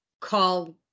call